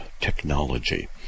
technology